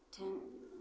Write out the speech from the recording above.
ठेहुन